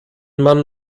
man